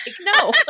No